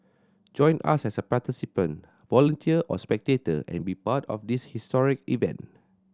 join us as a participant volunteer or spectator and be part of this historic event